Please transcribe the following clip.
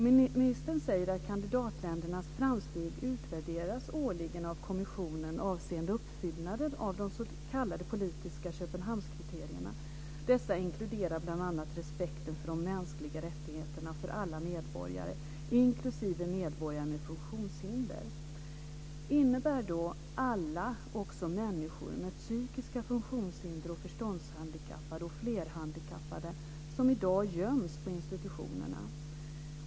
Ministern säger att kandidatländernas framsteg utvärderas årligen av kommissionen avseende uppfyllnaden av de s.k. politiska Köpenhamnskriterierna. Dessa inkluderar bl.a. respekten för de mänskliga rättigheterna för alla medborgare, inklusive medborgare med funktionshinder. Innebär då "alla" också människor med psykiska funktionshinder och förståndshandikappade och flerhandikappade som i dag göms på institutionerna?